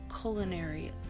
culinary